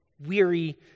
weary